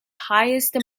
highest